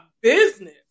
business